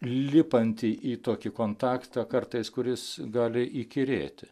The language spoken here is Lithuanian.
lipanti į tokį kontaktą kartais kuris gali įkyrėti